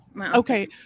Okay